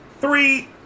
Three